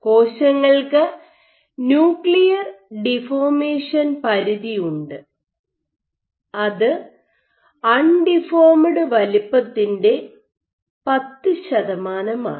കോശങ്ങൾക്ക് nuclear deformation പരിധി ഉണ്ട് അത് അൺഡിഫോർമഡ് വലുപ്പത്തിൻ്റെ 10 ശതമാനമാണ്